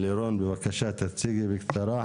לירון, בבקשה, תציגי בקצרה.